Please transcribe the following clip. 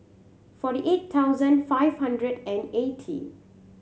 forty eight thousand five hundred and eighty